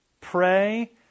pray